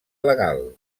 legal